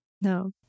No